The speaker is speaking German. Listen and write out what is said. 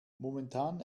momentan